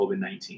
COVID-19